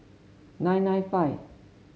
nine nine five